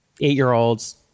eight-year-olds